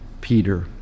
Peter